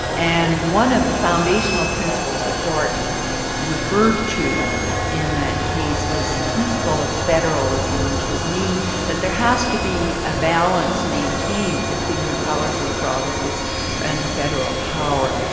and one of the foundational principles the court referred to in that case was the principle of federalism, which would mean that there has to be a balance maintained between the powers of the provinces and the federal power.